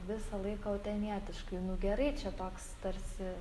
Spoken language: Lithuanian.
visą laiką utenietiškai nu gerai čia toks tarsi